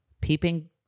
Peeping